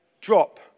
Drop